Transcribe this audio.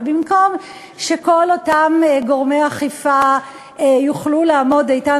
ובמקום שכל אותם גורמי אכיפה יוכלו לעמוד איתן,